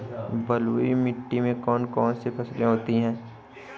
बलुई मिट्टी में कौन कौन सी फसलें होती हैं?